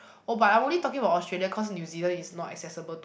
oh but I'm only talking about Australia cause New Zealand is not accessible to